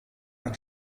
ein